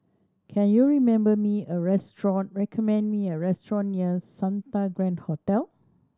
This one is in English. can you remember me a restaurant recommend me a restaurant near Santa Grand Hotel